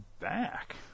back